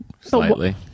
slightly